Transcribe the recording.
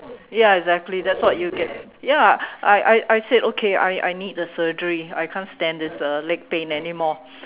ya exactly that's what you get ya I I I said okay I I need the surgery I can't stand this uh leg pain anymore